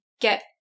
get